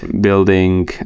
building